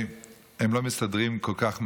והם לא מסתדרים כל כך מהר,